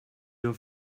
your